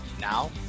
Now